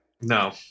No